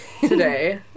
today